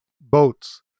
boats